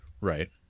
Right